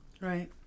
right